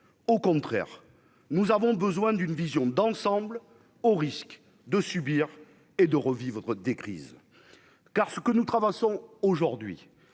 au contraire nous avons besoin d'une vision d'ensemble, au risque de subir et de revivre des crises car ce que nous traversons aujourd'hui